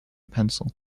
pencil